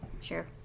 Sure